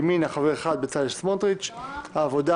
ימינה חבר אחד: בצלאל סמוטריץ'; העבודה